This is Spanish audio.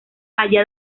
allá